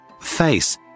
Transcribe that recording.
Face